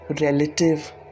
relative